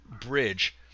bridge